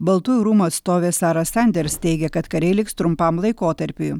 baltųjų rūmų atstovė sara sanders teigia kad kariai liks trumpam laikotarpiui